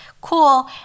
cool